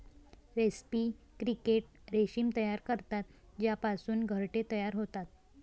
रेस्पी क्रिकेट रेशीम तयार करतात ज्यापासून घरटे तयार होतात